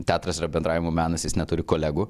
teatras yra bendravimo menas jis neturi kolegų